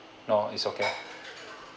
no it's okay